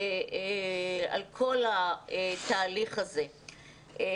על כל התהליך הזה.